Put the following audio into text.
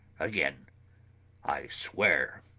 again i swear!